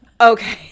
Okay